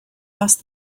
asked